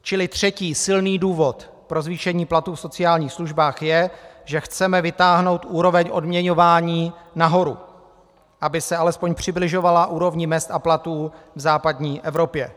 Čili třetí silný důvod pro zvýšení platů v sociálních službách je, že chceme vytáhnout úroveň odměňování nahoru, aby se alespoň přibližovala úrovni mezd a platů v západní Evropě.